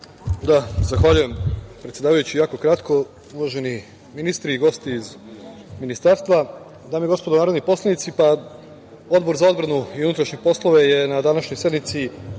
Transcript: Zahvaljujem, predsedavajući. Jako ću kratko. Uvaženi ministri i gosti iz ministarstva, dame i gospodo narodni poslanici, Odbor za odbranu i unutrašnje poslove je na današnjoj sednici